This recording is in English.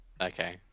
Okay